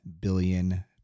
billion